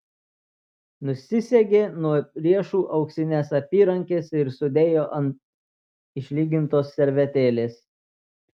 nusisegė nuo riešų auksines apyrankes ir sudėjo ant išlygintos servetėlės